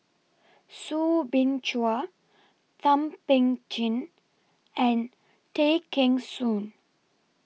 Soo Bin Chua Thum Ping Tjin and Tay Kheng Soon